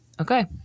Okay